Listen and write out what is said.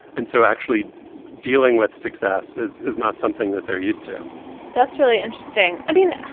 and so actually dealing with success is is not something that they're used to that's really interesting. i mean,